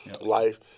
life